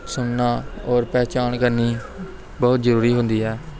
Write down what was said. ਸੁਣਨਾ ਔਰ ਪਹਿਚਾਣ ਕਰਨੀ ਬਹੁਤ ਜ਼ਰੂਰੀ ਹੁੰਦੀ ਹੈ